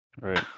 right